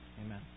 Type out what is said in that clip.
Amen